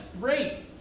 great